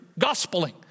gospeling